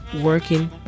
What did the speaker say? working